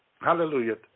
Hallelujah